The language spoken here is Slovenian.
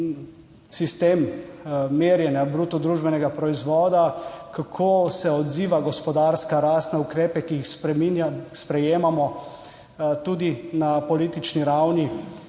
sistem merjenja bruto družbenega proizvoda, kako se odziva gospodarska rast na ukrepe, ki jih sprejemamo tudi na politični ravni,